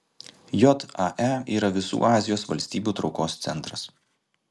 jae yra visų azijos valstybių traukos centras